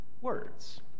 words